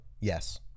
Yes